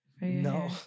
No